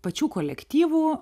pačių kolektyvų